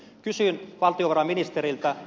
kysyn valtiovarainministeriltä